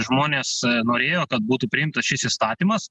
žmonės norėjo kad būtų priimtas šis įstatymas